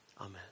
Amen